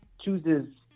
chooses